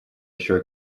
еще